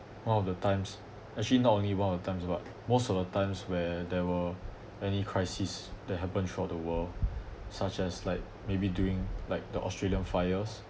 one of the times actually not only one of the times but most of the times where there were any crisis that happens throughout the world such as like maybe during like the australian fires